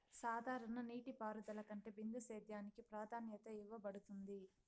సాధారణ నీటిపారుదల కంటే బిందు సేద్యానికి ప్రాధాన్యత ఇవ్వబడుతుంది